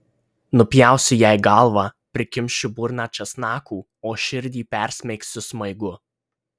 nupjausiu jai galvą prikimšiu burną česnakų o širdį persmeigsiu smaigu